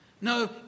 no